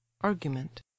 Argument